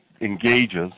engages